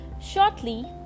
Shortly